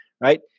right